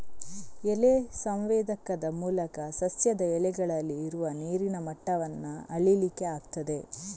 ಎಲೆ ಸಂವೇದಕದ ಮೂಲಕ ಸಸ್ಯದ ಎಲೆಗಳಲ್ಲಿ ಇರುವ ನೀರಿನ ಮಟ್ಟವನ್ನ ಅಳೀಲಿಕ್ಕೆ ಆಗ್ತದೆ